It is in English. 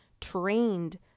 trained